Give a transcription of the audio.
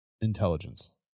intelligence